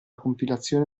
compilazione